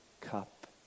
cup